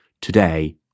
today